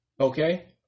Okay